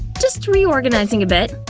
just reorganizing a bit.